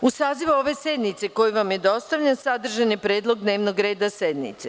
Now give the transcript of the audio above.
U sazivu ove sednice koji vam je dostavljen sadržan je predlog dnevnog reda sednice.